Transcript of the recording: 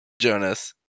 Jonas